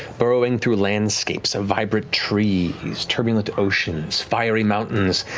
burrowing through landscapes of vibrant trees, turbulent oceans, fiery mountains,